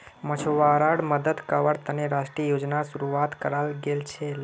मछुवाराड मदद कावार तने राष्ट्रीय योजनार शुरुआत कराल गेल छीले